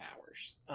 hours